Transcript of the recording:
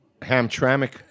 Hamtramck